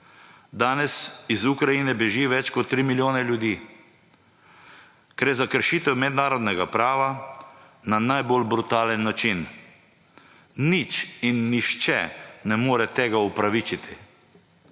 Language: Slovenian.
Danes iz Ukrajine beži več kot tri milijone ljudi. Ker je za kršitev mednarodnega prava na najbolj brutalen način. Nič in nihče ne more tega upravičiti.